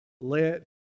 let